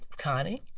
connie.